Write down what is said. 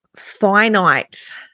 finite